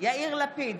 יאיר לפיד,